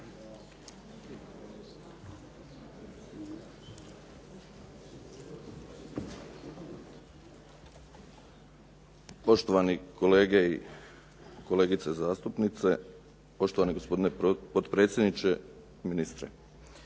Poštovani kolege i kolegice zastupnice, poštovani gospodine potpredsjedniče, ministre.